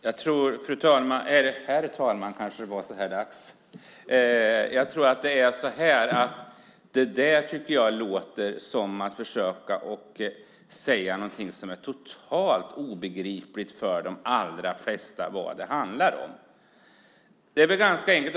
Herr talman! Det där tycker jag låter som ett försök att säga någonting som är totalt obegripligt för de allra flesta. Det är väl ganska enkelt?